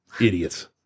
Idiots